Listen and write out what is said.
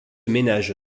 ménage